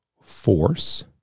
force